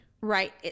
Right